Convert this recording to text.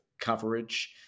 coverage